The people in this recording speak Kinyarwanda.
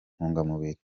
ntungamubiri